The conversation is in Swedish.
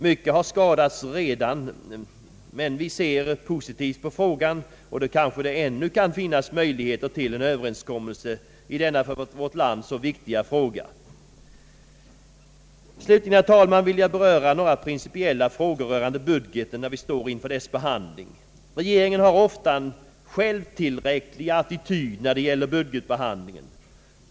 Mycket har skadats redan, men vi ser positivt på frågan, och då kanske det ännu kan finnas möjligheter till en överenskommelse i denna för vårt land så viktiga fråga. Slutligen, herr talman, vill jag beröra några principiella frågor rörande budgeten när vi står inför dess behandling. Regeringen har ofta en självtillräcklig attityd när det gäller budgetbehandlingen.